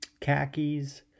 khakis